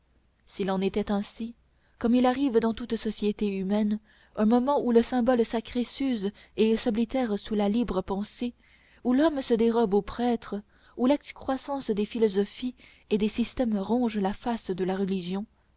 s'il en était ainsi comme il arrive dans toute société humaine un moment où le symbole sacré s'use et s'oblitère sous la libre pensée où l'homme se dérobe au prêtre où l'excroissance des philosophies et des systèmes ronge la face de la religion